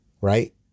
right